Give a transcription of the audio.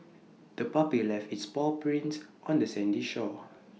the puppy left its paw prints on the sandy shore